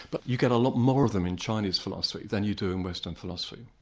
but you get a lot more of them in chinese philosophy than you do in western philosophy.